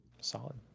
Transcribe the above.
solid